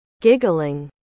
Giggling